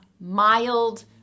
mild